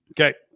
Okay